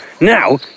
Now